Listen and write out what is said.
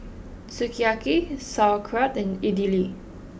Sukiyaki Sauerkraut and Idili